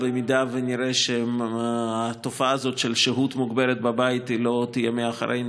במידה שנראה שהתופעה הזאת של שהות מוגברת בבית לא תהיה מאחורינו